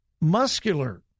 muscular